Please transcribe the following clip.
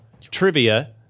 trivia